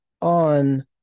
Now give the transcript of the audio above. on